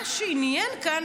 מה שעניין כאן,